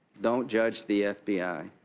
don't judge the f b i.